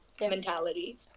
mentality